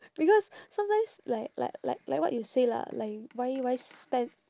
because sometimes like like like like what you say lah like why why spend